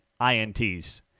INTs